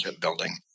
building